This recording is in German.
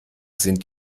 sind